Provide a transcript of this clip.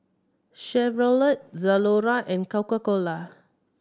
Chevrolet Zalora and Coca Cola